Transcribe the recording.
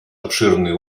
обширный